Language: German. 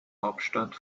hauptstadt